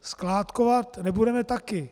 Skládkovat nebudeme také.